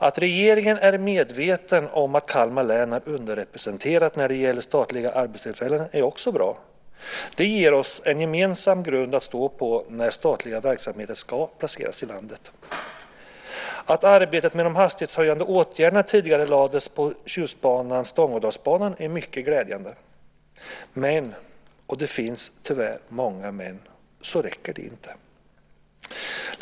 Att regeringen är medveten om att Kalmar län är underrepresenterat när det gäller statliga arbetstillfällen är också bra. Det ger oss en gemensam grund att stå på när statliga verksamheter ska placeras i landet. Att arbetet med de hastighetshöjande åtgärderna tidigarelades på Stångådalsbanan/Tjustbanan är mycket glädjande. Men - och det finns tyvärr många men - det räcker inte.